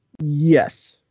Yes